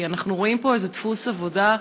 כי אנחנו רואים פה איזה דפוס עבודה,